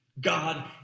God